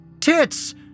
Tits